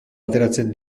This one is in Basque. ateratzen